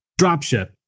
dropship